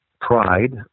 pride